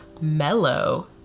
Mellow